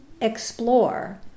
explore